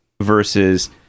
versus